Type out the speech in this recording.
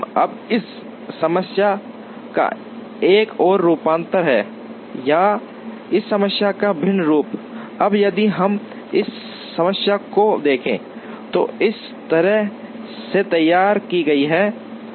अब इस समस्या का एक और रूपांतर है या इस समस्या का भिन्न रूप अब यदि हम इस समस्या को देखें तो यह जिस तरह से तैयार की गई है